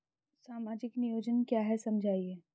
सामाजिक नियोजन क्या है समझाइए?